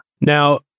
Now